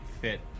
fit